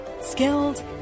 skilled